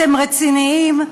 אתם רציניים?